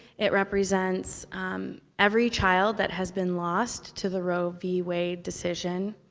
it represents every child that has been lost to the roe v. wade decision.